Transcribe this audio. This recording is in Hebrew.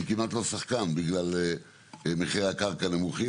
הם כמעט לא שחקן בגלל מחירי הקרקע הנמוכים